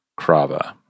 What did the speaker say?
Krava